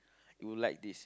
you would like this